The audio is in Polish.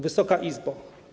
Wysoka Izbo!